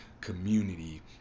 community